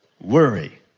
worry